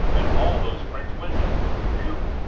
and all those french windows whew!